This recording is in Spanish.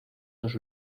dos